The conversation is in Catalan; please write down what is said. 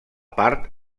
part